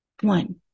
one